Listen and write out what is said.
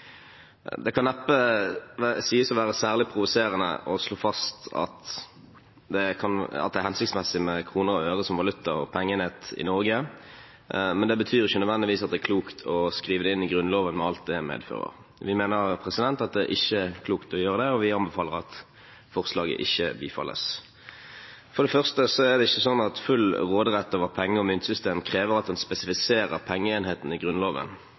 Det kan neppe sies å være særlig provoserende å slå fast at det er hensiktsmessig med kroner og øre som valuta og pengeenhet i Norge, men det betyr ikke nødvendigvis at det er klokt å skrive det inn i Grunnloven, med alt det som det medfører. Vi mener at det ikke er klokt å gjøre det, og vi anbefaler at forslaget ikke bifalles. For det første er det ikke sånn at full råderett over penge- og myntsystem krever at en spesifiserer pengeenheten i Grunnloven.